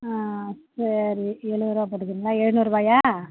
ஆ சரி எழுபது ரூபா போட்டுக்குறீங்களா எழுநூறுவாயா